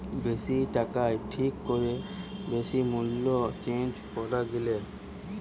বেশি টাকায় ঠিক করে বেশি মূল্যে চেঞ্জ করা গিলে